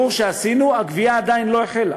לפי הבירור שעשינו, הגבייה עדיין לא החלה.